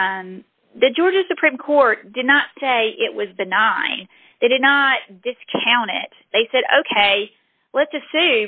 and the georgia supreme court did not say it was the nine they did not discount it they said ok let's just say